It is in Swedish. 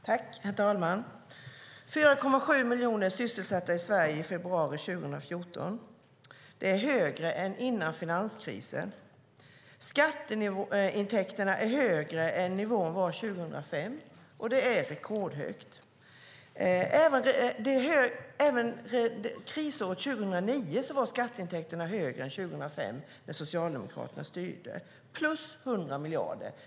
Herr talman! I februari 2014 var 4,7 miljoner sysselsatta i Sverige. Det är fler än innan finanskrisen. Skatteintäkterna är högre än de var 2005, och de är rekordhöga. Till och med krisåret 2009 var skatteintäkterna högre än de var 2005, då Socialdemokraterna styrde - plus 100 miljarder.